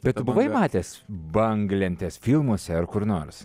bet tu buvai matęs banglentes filmuose ar kur nors